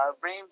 bring